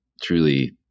truly